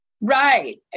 Right